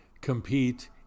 compete